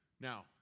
Now